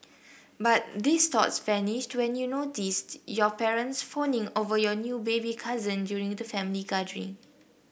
but these thoughts vanished when you notice your parents fawning over your new baby cousin during the family gathering